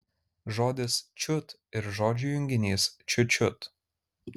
žodis čiut ir žodžių junginys čiut čiut